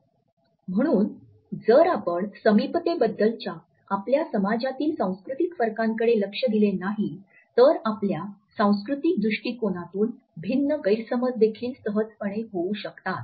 "म्हणून जर आपण समीपते बद्दलच्या आपल्या समजातील सांस्कृतिक फरकांकडे लक्ष दिले नाही तर आपल्या सांस्कृतिक दृष्टीकोनातून भिन्न गैरसमजदेखील सहजपणे होऊ शकतात